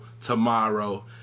tomorrow